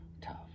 tough